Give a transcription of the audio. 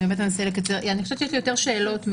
יש לי יותר שאלות.